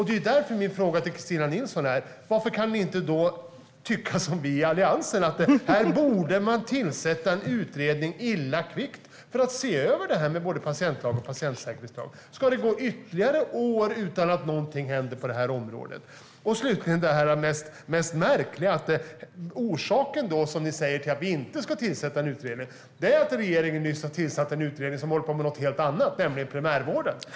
Det är därför min fråga till Kristina Nilsson är: Varför kan ni inte tycka som vi i Alliansen - att man borde tillsätta en utredning illa kvickt för att se över både patientlag och patientsäkerhetslag? Ska det gå ytterligare år utan att någonting händer på det här området? Slutligen det mest märkliga: Ni säger att orsaken till att ni inte ska tillsätta en utredning är att regeringen nyss har tillsatt en utredning som håller på med något helt annat, nämligen primärvården.